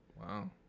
wow